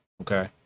okay